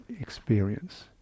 experience